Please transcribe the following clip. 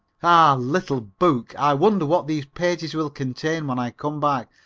ah little book, i wonder what these pages will contain when i come back.